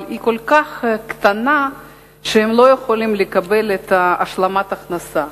אבל היא כל כך קטנה שהם לא יכולים לקבל את השלמת ההכנסה,